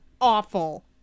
awful